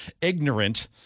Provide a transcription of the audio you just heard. ignorant